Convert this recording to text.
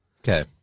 Okay